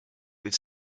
with